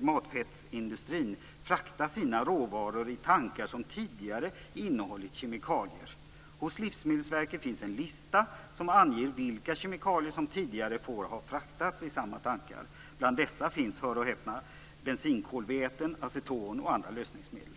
matfettsindustrin frakta sina råvaror i tankar som tidigare innehållit kemikalier. Hos Livsmedelsverket finns en lista som anger vilka kemikalier som tidigare får ha fraktats i samma tankar. Bland dessa finns, hör och häpna, bensinkolväten, aceton och andra lösningsmedel.